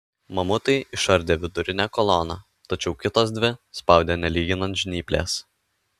mamutai išardė vidurinę koloną tačiau kitos dvi spaudė nelyginant žnyplės